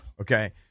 Okay